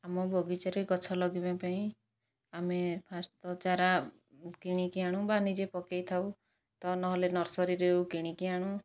ଆମ ବଗିଚାରେ ଗଛ ଲଗାଇବା ପାଇଁ ଆମେ ଫାଷ୍ଟ ତ ଚାରା କିଣିକି ଆଣୁ ବା ନିଜେ ପକାଇଥାଉ ତ ନହେଲେ ନର୍ସରିରୁ କିଣିକି ଆଣୁ